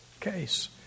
case